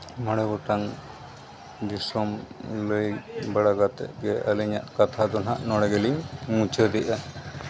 ᱢᱚᱬᱮ ᱜᱚᱴᱟᱝ ᱫᱤᱥᱚᱢ ᱞᱟᱹᱭ ᱵᱟᱲᱟ ᱠᱟᱛᱮᱫ ᱜᱮ ᱟᱹᱞᱤᱧᱟᱜ ᱠᱟᱛᱷᱟ ᱫᱚ ᱱᱟᱦᱟᱜ ᱱᱚᱸᱰᱮ ᱜᱮᱞᱤᱧ ᱢᱩᱪᱟᱹᱫᱮᱜᱼᱟ